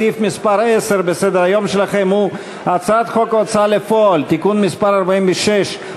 סעיף מס' 10 בסדר-היום שלכם הוא הצעת חוק ההוצאה לפועל (תיקון מס' 46),